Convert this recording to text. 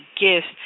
gifts